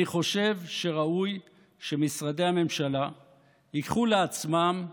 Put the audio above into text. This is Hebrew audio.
אני חושב שראוי שמשרדי הממשלה ייקחו לעצמם חודש,